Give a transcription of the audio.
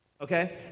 Okay